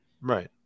Right